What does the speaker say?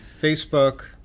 Facebook